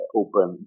open